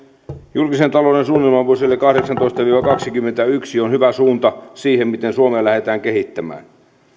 julkisen talouden suunnitelma vuosille kahdeksantoista viiva kaksikymmentäyksi on hyvä suunta siihen miten suomea lähdetään kehittämään